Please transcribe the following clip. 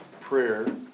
Prayer